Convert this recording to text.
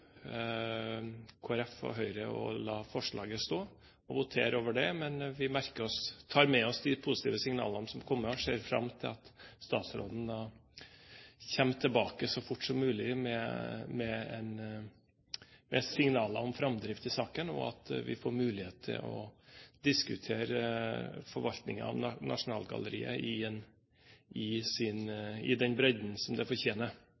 og Høyre å la forslaget stå og la votere over det. Men vi tar med oss de positive signalene som har kommet, og ser fram til at statsråden så fort som mulig kommer tilbake med hensyn til framdrift i saken, og at vi får mulighet til å diskutere forvaltningen av Nasjonalgalleriet i den bredden som det fortjener.